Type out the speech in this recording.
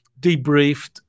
debriefed